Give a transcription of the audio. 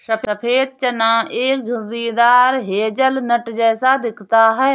सफेद चना एक झुर्रीदार हेज़लनट जैसा दिखता है